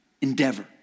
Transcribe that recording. endeavor